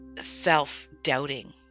self-doubting